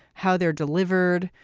how they're delivered.